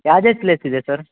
ಯಾವ್ದು ಯಾವ್ದು ಪ್ಲೇಸ್ ಇದೆ ಸರ್